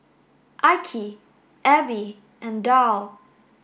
Ike Abby and Darl